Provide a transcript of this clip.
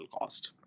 cost